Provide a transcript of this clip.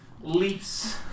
leaps